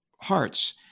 hearts